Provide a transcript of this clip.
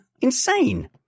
Insane